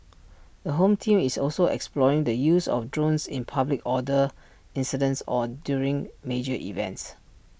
the home team is also exploring the use of drones in public order incidents or during major events